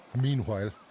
Meanwhile